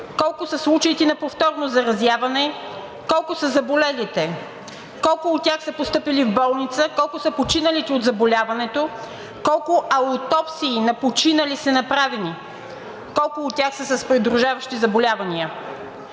колко са случаите на повторно заразяване, колко са заболелите, колко от тях са постъпили в болница, колко са починалите от заболяването, колко аутопсии на починали са направени, колко от тях с придружаващи заболявания?